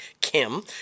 Kim